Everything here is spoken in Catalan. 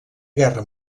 guerra